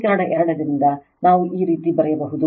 ಸಮೀಕರಣ 2 ರಿಂದ ನಾವು ಈ ರೀತಿ ಬರೆಯಬಹುದು